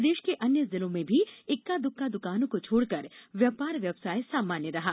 प्रदेश के अन्य जिलों में भी इक्का द्वका द्वकानों को छोड़कर व्यापार व्यवसाय सामान्य रहा